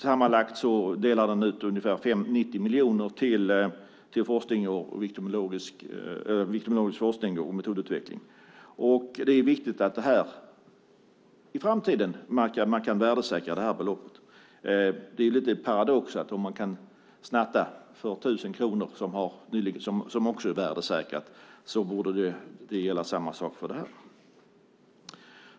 Sammanlagt delar den ut ungefär 90 miljoner till viktimologisk forskning och metodutveckling. Det är viktigt att man i framtiden kan värdesäkra det beloppet. Det är lite av en paradox. Man kan snatta för 1 000 kronor som också är värdesäkrat. Då borde det gälla samma sak för det här.